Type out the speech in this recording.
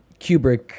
Kubrick